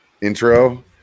intro